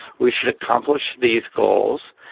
we should accomplish these goals,